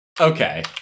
Okay